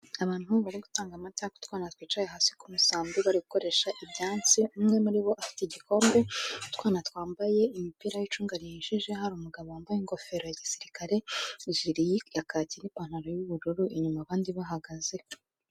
Abantu barimo gutanga amata utwana twicaye hasi ku musambi bari gukoresha ibyansi, umwe muri bo afite igikombe, utwana twambaye imipira y'icunga rihishije hari umugabo wambaye ingofero ya gisirikare, ijiri ya kaki n'ipantaro y'ubururu, inyuma abandi bahagaze.